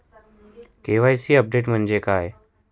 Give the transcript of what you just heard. KYC update म्हणजे काय?